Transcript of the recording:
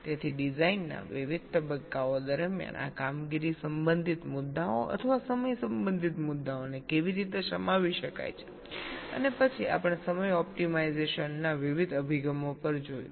તેથી ડિઝાઇનના વિવિધ તબક્કાઓ દરમિયાન આ કામગીરી સંબંધિત મુદ્દાઓ અથવા સમય સંબંધિત મુદ્દાઓને કેવી રીતે સમાવી શકાય છે અને પછી આપણે સમય ઓપ્ટિમાઇઝેશનના વિવિધ અભિગમો પર જોયું